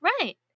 Right